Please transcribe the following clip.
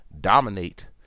dominate